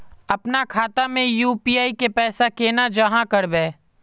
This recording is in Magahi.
अपना खाता में यू.पी.आई के पैसा केना जाहा करबे?